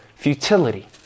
Futility